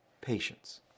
patience